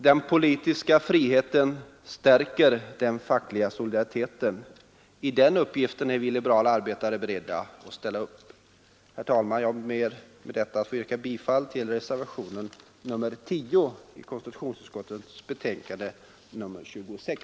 Den politiska friheten stärker den fackliga solidariteten. I den uppgiften är vi liberala arbetare beredda att ställa upp. Herr talman! Jag ber med detta att få yrka bifall till reservationen 10 vid konstitutionsutskottets betänkande nr 26.